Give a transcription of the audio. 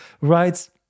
writes